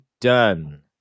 done